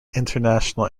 international